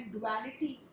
Duality